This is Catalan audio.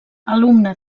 alumne